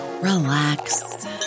relax